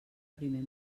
primer